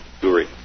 Guri